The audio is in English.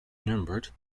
numbered